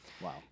Wow